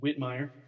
Whitmire